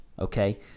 okay